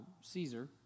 Caesar